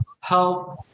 help